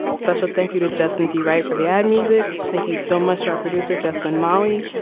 special thank you to justin d right for the add music. thank you so much. our producer jasmine molly.